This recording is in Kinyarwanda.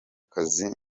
akazi